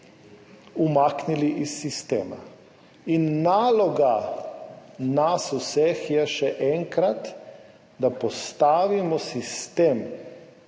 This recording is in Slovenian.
umaknili iz sistema. Naloga nas vseh je, še enkrat, da postavimo sistem,